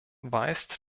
weist